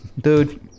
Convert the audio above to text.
dude